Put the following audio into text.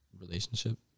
relationship